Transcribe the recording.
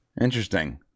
Interesting